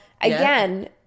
Again